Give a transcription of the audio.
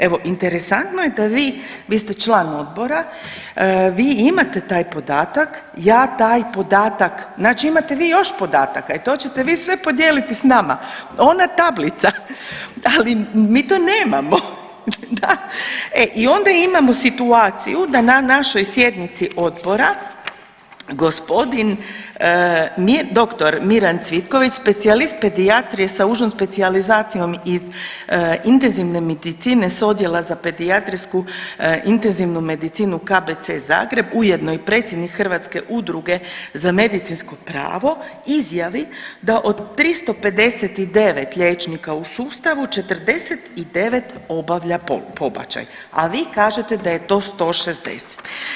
Evo, interesantno je da vi, vi ste član odbora, vi imate taj podatak, ja taj podatak, znači imate vi još podataka, e to ćete vi sve podijeliti s nama, ona tablica, ali mi to nemamo, da, e i onda imamo situaciju da na našoj sjednici odbora gospodin doktor Miran Cvitković specijalist pedijatrije sa užom specijalizacijom iz intenzivne medicine iz Odjela za pedijatrijsku intenzivnu medicinu KBC Zagreb, ujedno i predsjednik Hrvatske udruge za medicinsko pravo izjavi da od 359 liječnika u sustavu 49 obavlja pobačaj, a vi kažete da je to 160.